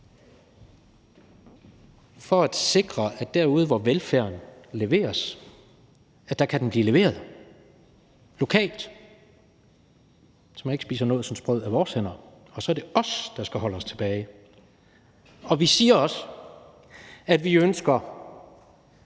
for at sikre, at derude, hvor velfærden leveres, kan den blive leveret lokalt, så man ikke spiser nådsensbrød af vores hænder, og så er det os, der skal holde os tilbage. Vi siger også, at vi ønsker,